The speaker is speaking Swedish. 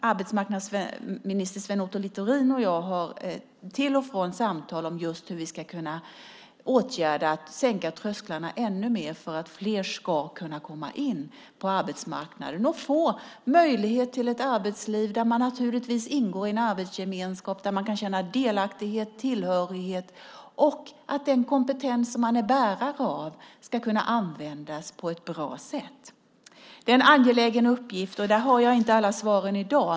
Arbetsmarknadsminister Sven Otto Littorin och jag har till och från samtal om just hur vi ska kunna sänka trösklarna ännu mer för att fler ska kunna komma in på arbetsmarknaden och få möjlighet till ett arbetsliv där man naturligtvis ingår i en arbetsgemenskap, där man kan känna delaktighet och tillhörighet och att den kompetens som man är bärare av ska kunna användas på ett bra sätt. Det är en angelägen uppgift, och där har jag inte alla svar i dag.